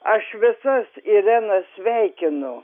aš visas irenas sveikinu